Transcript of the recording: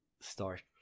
start